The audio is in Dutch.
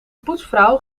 poetsvrouw